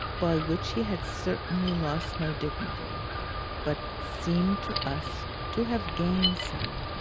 by which he had certainly lost no dignity but seemed to us to have gained some.